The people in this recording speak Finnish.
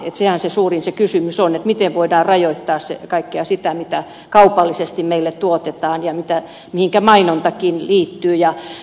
sehän se suurin kysymys on miten voidaan rajoittaa kaikkea sitä mitä kaupallisesti meille tuotetaan ja mihinkä mainontakin liittyy